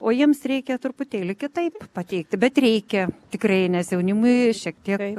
o jiems reikia truputėlį kitaip pateikti bet reikia tikrai nes jaunimui šiek tiek